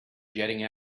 jetting